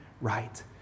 right